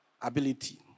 ability